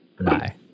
Bye